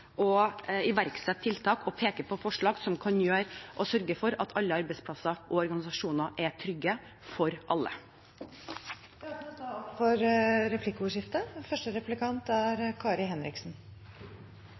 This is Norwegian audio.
tiltak og peker på forslag som kan sørge for at alle arbeidsplasser og organisasjoner er trygge – for